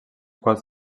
quals